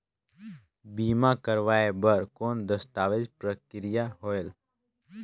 बीमा करवाय बार कौन दस्तावेज प्रक्रिया होएल?